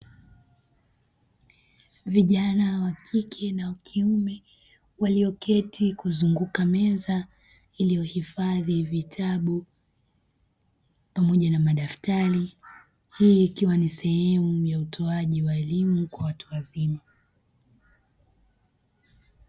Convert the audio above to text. Vijana wa kike na kiume walioketi kuzunguka meza iliyohifadhi vitabu pamoja na madaftari, hii ikiwa ni sehemu ya utoaji wa elimu kwa watu wazima.